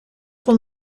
van